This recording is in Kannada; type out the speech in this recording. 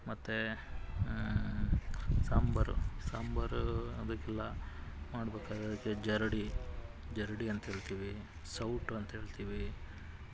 ಮತ್ತೇ ಸಾಂಬಾರು ಸಾಂಬಾರು ಅದಕ್ಕೆಲ್ಲ ಮಾಡ್ಬೇಕಾದರೆ ಅದಕ್ಕೆ ಜರಡಿ ಜರಡಿ ಅಂತ ಹೇಳ್ತೀವಿ ಸೌಟು ಅಂತ ಹೇಳ್ತೀವಿ